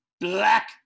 Black